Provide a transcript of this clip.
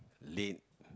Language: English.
late